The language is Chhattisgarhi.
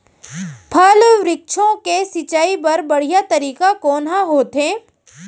फल, वृक्षों के सिंचाई बर बढ़िया तरीका कोन ह होथे?